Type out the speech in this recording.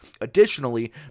Additionally